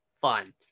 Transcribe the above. fun